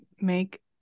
make